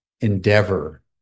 endeavor